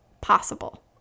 possible